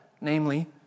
namely